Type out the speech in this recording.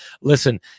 Listen